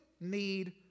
need